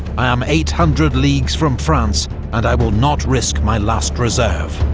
i am eight hundred leagues from france and i will not risk my last reserve.